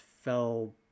fell